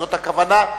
שזאת הכוונה.